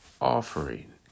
offering